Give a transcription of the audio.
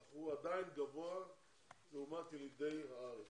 אך הוא עדיין גבוה לעומת ילידי הארץ.